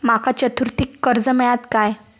माका चतुर्थीक कर्ज मेळात काय?